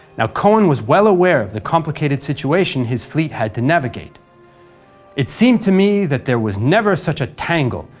cowan was well aware of the complicated situation his fleet had to navigate it seemed to me that there was never such a tangle,